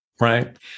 right